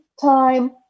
time